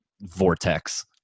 vortex